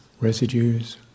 residues